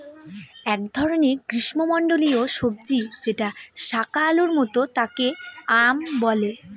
এক ধরনের গ্রীস্মমন্ডলীয় সবজি যেটা শাকালুর মত তাকে য়াম বলে